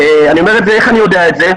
איך אני יודע את זה?